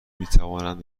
میتوانند